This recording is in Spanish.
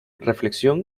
reflexión